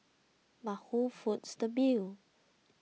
but who foots the bill